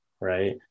right